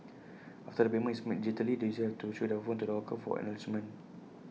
after the payment is made digitally the users have to show their phone to the hawker for acknowledgement